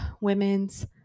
women's